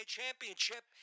championship